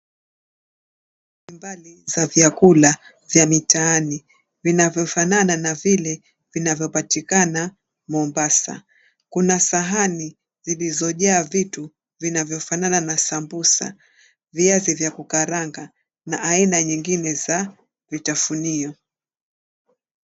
Aina mbalimbali za vyakula vya mitaani vinavyofanana na vile vinavyopatikana Mombasa. Kuna sahani zilizojaa vitu vinavyofanana na sambusa, viazi vya kukaranga na aina nyingine za vitafunio.